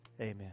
amen